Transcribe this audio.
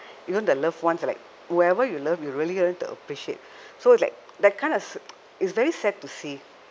you know the loved ones like whoever you love you really learn to appreciate so like that kind s~ it's very sad to see